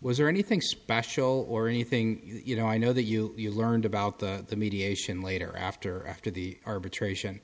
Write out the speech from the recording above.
was there anything special or anything you know i know that you you learned about that the mediation later after after the arbitration